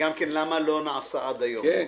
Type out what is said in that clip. וגם כן למה לא נעשה עד היום.